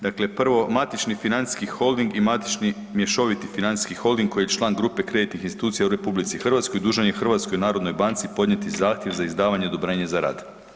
Dakle, prvo matični financijski holding i matični mješoviti financijski holding koji je član grupe kreditnih institucija u RH dužan je HNB-u podnijeti zahtjev za izdavanje odobrenja za rad.